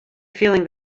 feeling